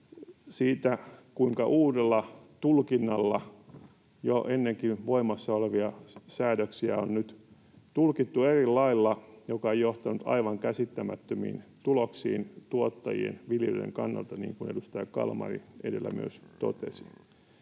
siitä kuinka uudella tulkinnalla jo ennenkin voimassa olleita säädöksiä on nyt tulkittu eri lailla, mikä on johtanut aivan käsittämättömiin tuloksiin tuottajien, viljelijöiden kannalta, niin kuin edustaja Kalmari edellä myös totesi.